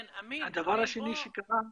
אמין,